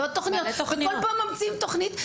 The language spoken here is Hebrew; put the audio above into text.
כל פעם ממציאים תוכנית.